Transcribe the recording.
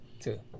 Two